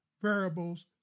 variables